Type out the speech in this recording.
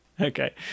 Okay